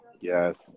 Yes